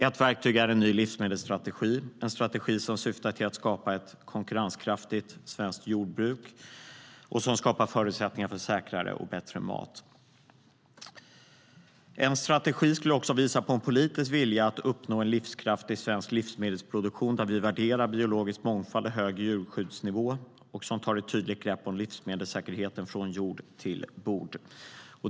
Ett verktyg är en ny livsmedelsstrategi, en strategi som syftar till att skapa ett konkurrenskraftigt svenskt jordbruk och skapa förutsättningar för säkrare och bättre mat. En strategi skulle också visa på en politisk vilja att uppnå en livskraftig svensk livsmedelsproduktion, där vi värderar biologisk mångfald och hög djurskyddsnivå och tar ett tydligt grepp om livsmedelssäkerheten från jord till bord.